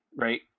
right